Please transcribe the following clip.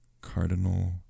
Cardinal